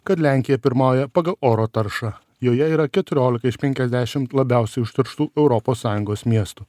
kad lenkija pirmauja pagal oro taršą joje yra keturiolika iš penkiasdešimt labiausiai užterštų europos sąjungos miestų